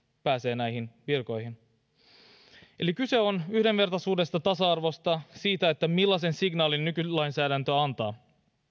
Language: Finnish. pääsee näihin virkoihin kyse on yhdenvertaisuudesta ja tasa arvosta siitä millaisen signaalin nykylainsäädäntö antaa